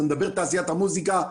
זה מדבר לתעשיית המוזיקה,